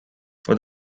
for